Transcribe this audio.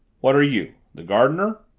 what are you? the gardener?